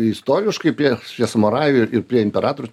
istoriškai prie prie samurajų ir ir prie imperatorių